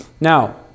now